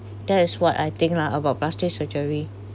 that's what I think lah about plastic surgery